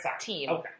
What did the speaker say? team